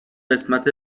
قسمت